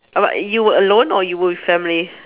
about you alone or you whole family